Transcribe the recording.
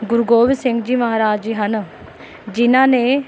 ਗੁਰੂ ਗੋਬਿੰਦ ਸਿੰਘ ਜੀ ਮਹਾਰਾਜ ਜੀ ਹਨ ਜਿਹਨਾਂ ਨੇ